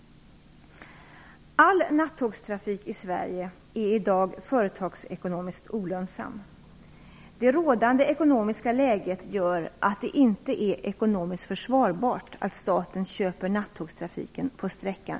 All nattågstrafik i Sverige är i dag företagsekonomiskt olönsam. Det rådande ekonomiska läget gör att det inte är ekonomiskt försvarbart att staten köper nattågstrafiken på sträckan